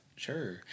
sure